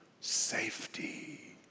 safety